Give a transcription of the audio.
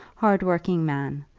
hard-working man,